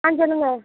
ஆ சொல்லுங்கள்